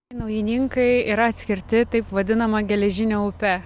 naujininkai yra atskirti taip vadinama geležine upe